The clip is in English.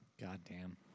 Goddamn